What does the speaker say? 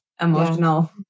emotional